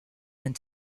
and